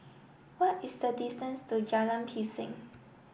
what is the distance to Jalan Pisang